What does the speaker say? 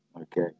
Okay